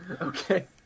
Okay